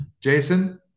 Jason